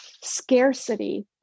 scarcity